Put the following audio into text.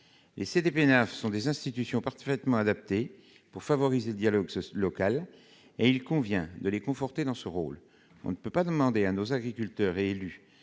Les CDPENAF sont des institutions parfaitement adaptées pour favoriser le dialogue local. Il convient de les conforter dans ce rôle. On ne peut pas imposer aux agriculteurs et aux